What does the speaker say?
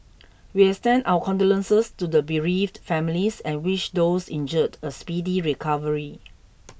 we extend our condolences to the bereaved families and wish those injured a speedy recovery